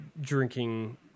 drinking